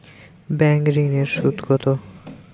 Bank ঋন এর সুদ কত?